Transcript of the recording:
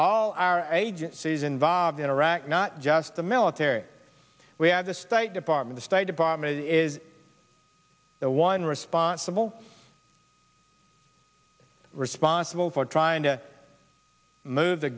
all our agencies involved in iraq not just the military we had the state department the state department is the one responsible responsible for trying to move the